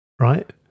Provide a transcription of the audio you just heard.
right